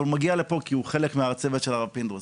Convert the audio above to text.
אבל הוא מגיע לפה כי הוא חלק מהצוות של הרב פינדרוס.